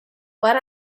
what